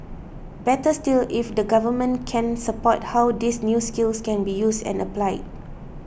better still if the government can support how these new skills can be used and applied